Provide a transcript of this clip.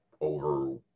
over